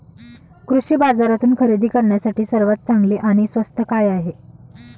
कृषी बाजारातून खरेदी करण्यासाठी सर्वात चांगले आणि स्वस्त काय आहे?